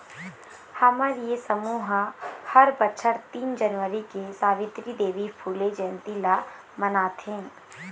हमर ये समूह ह हर बछर तीन जनवरी के सवित्री देवी फूले जंयती ल मनाथे